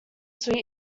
suite